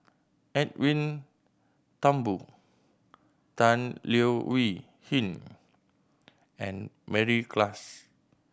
Edwin Thumboo Tan Leo Wee Hin and Mary Klass